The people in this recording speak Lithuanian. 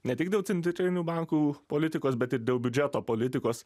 ne tik dėl centrinių bankų politikos bet ir dėl biudžeto politikos